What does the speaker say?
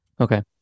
Okay